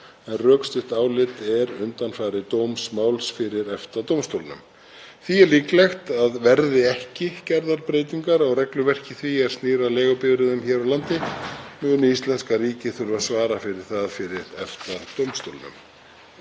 en rökstutt álit er undanfari dómsmáls fyrir EFTA-dómstólnum. Því er líklegt að verði ekki gerðar breytingar á regluverki því er snýr að leigubifreiðum hér á landi muni íslenska ríkið þurfa að svara fyrir það fyrir EFTA-dómstólnum.